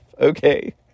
okay